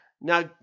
Now